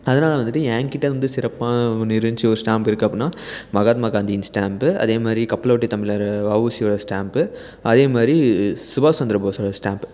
அதனால வந்துட்டு என் கிட்டே வந்து சிறப்பாக ஒன்று இருந்துச்சி ஒரு ஸ்டாம்ப் இருக்குது அப்புடினா மகாத்மா காந்தியின் ஸ்டாம்ப்பு அதேமாதிரி கப்பலோட்டிய தமிழரு வஉசியோட ஸ்டாம்ப்பு அதேமாதிரி சுபாஷ்சந்திரபோஸோட ஸ்டாம்ப்பு